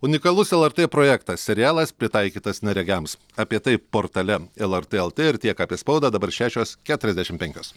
unikalus lrt projektas serialas pritaikytas neregiams apie tai portale lrt lt ir tiek apie spaudą dabar šešios keturiasdešim penkios